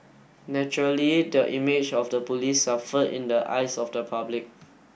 naturally the image of the police suffered in the eyes of the public